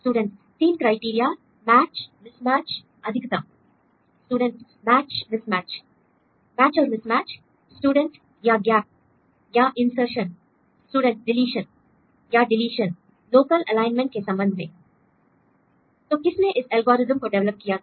student 3 criteria match mismatch अधिकतम student match mismatch match और mismatch student या gap l या insertion l student deletion l या deletion local alignment के संबंध में l स्टूडेंट तो किसने इस एल्गोरिदम को डिवेलप किया था